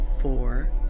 four